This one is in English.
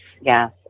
yes